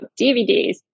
DVDs